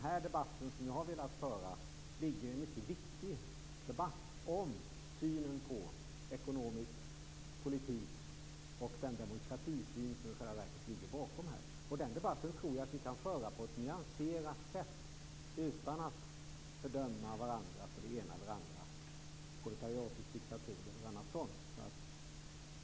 Men bakom det som jag har velat föra fram ligger en mycket viktig debatt om synen på ekonomisk politik och om den demokratisyn som i själva verket ligger bakom här. Den debatten tror jag att vi kan föra på ett nyanserat sätt utan att fördöma varandra för det ena eller andra - proletariatets diktatur eller annat sådant.